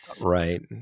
Right